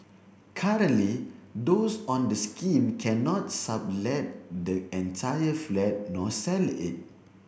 currently those on the scheme cannot sublet the entire flat nor sell it